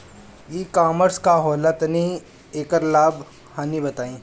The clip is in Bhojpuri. ई कॉमर्स का होला तनि एकर लाभ हानि बताई?